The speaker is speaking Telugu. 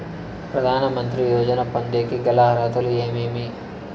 ప్రధాన మంత్రి యోజన పొందేకి గల అర్హతలు ఏమేమి?